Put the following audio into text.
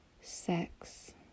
Sex